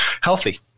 healthy